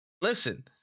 listen